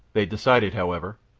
they decided, however,